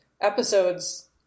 episodes